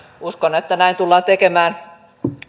uskon että näin tullaan tekemään